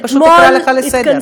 אני פשוט אקרא אותך לסדר.